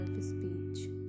Self-Speech